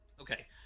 okay